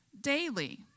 daily